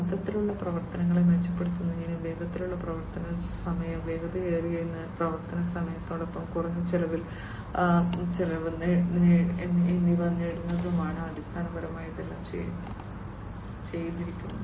മൊത്തത്തിലുള്ള പ്രവർത്തനങ്ങളെ മെച്ചപ്പെടുത്തുന്നതിനും വേഗത്തിലുള്ള പ്രവർത്തന സമയം വേഗതയേറിയ പ്രവർത്തന സമയത്തിനൊപ്പം കുറഞ്ഞ പ്രവർത്തന ചെലവ് എന്നിവ നേടുന്നതിനുമാണ് അടിസ്ഥാനപരമായി ഇതെല്ലാം ചെയ്തിരിക്കുന്നത്